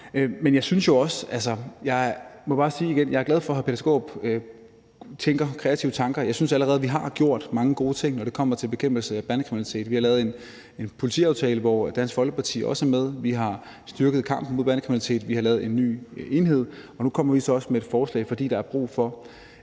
at jeg er glad for, at hr. Peter Skaarup tænker kreative tanker. Jeg synes allerede, at vi har gjort mange gode ting, når det kommer til bekæmpelse af bandekriminalitet. Vi har lavet en politiaftale, hvor Dansk Folkeparti jo også er med; vi har styrket kampen mod bandekriminalitet; vi har lavet en ny enhed; og nu kommer vi så også med et forslag, fordi der er brug for